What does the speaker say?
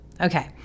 Okay